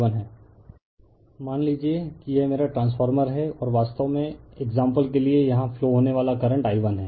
refer slide time 0523 मान लीजिए कि यह मेरा ट्रांसफॉर्मर है और वास्तव में एक्साम्पल के लिए यहां फ्लो होने वाला करंट I1 है